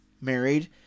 married